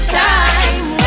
time